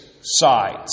sides